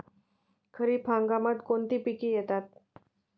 खरीप हंगामात कोणती पिके येतात?